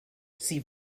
sie